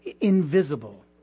invisible